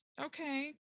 okay